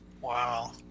Wow